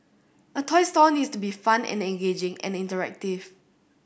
a toy store needs to be fun and engaging and interactive